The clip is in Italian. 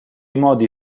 modi